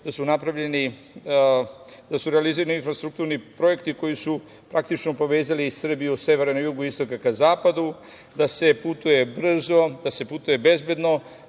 da su realizirani infrastrukturni projekti koji su, praktično, povezali Srbiju od severa ka jugu, istoka ka zapadu, da se putuje brzo, da se putuje bezbedno,